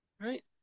right